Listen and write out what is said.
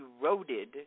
eroded